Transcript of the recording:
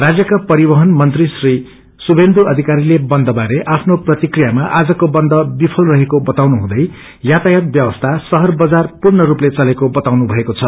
राज्यका परिवइन मंत्री श्री शुभेन्दु अयिकारीले बन्द बारे आफ्नो प्रतिक्रियामा आजको बन्द विफल रहेको बताउनुहुँदै यातायात व्यवस्था शहर बजार पूर्ण रूपले चलेको बताउनु भएको छ